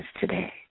today